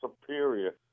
superior